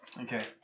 Okay